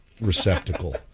receptacle